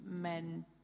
men